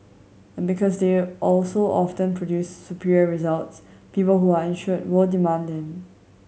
and because they also often produce superior results people who are insured were demand them